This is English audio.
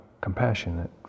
compassionate